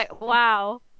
wow